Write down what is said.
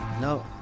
No